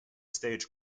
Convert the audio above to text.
stage